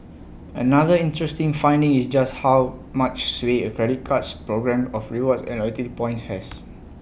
another interesting finding is just how much sway A credit card's programme of rewards and loyalty points has